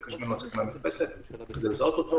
מבקש ממנו לצאת למרפסת כדי לזהות אותו,